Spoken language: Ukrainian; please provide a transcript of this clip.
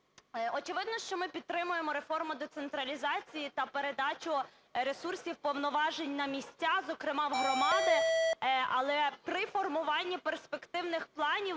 Очевидно, що ми підтримуємо реформу децентралізації та передачу ресурсів, повноважень на місця, зокрема в громади. Але при формуванні перспективних планів